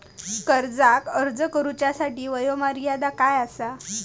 कर्जाक अर्ज करुच्यासाठी वयोमर्यादा काय आसा?